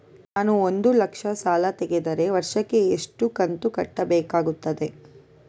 ನಾನು ಒಂದು ಲಕ್ಷ ಸಾಲ ತೆಗೆದರೆ ವರ್ಷಕ್ಕೆ ಎಷ್ಟು ಕಂತು ಕಟ್ಟಬೇಕಾಗುತ್ತದೆ?